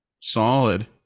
solid